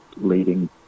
Leading